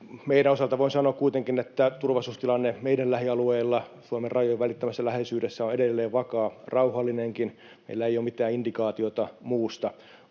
Meidän osaltamme voin sanoa kuitenkin, että turvallisuustilanne meidän lähialueilla, Suomen rajojen välittömässä läheisyydessä, on edelleen vakaa, rauhallinenkin. Meillä ei ole mitään indikaatiota muusta.